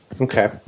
okay